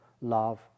love